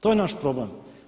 To je naš problem.